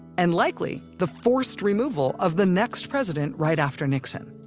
and likely the forced removal of the next president right after nixon